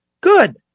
Good